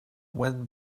when